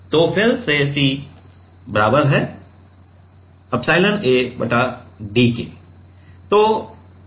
तो फिर से C बराबर है C एप्सिलॉन A बटा d के बराबर है